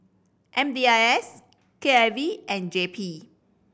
M D I S K I V and J P